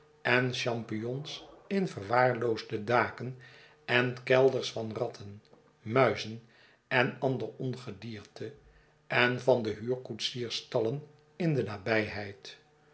en champignons in verwaarloosde daken en kelders van ratten muizen en ander ongedierte en van de huurkoetsiersstallen in de nabijheid